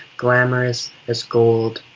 glamorous as gold.